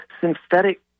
synthetic